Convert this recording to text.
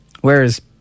Whereas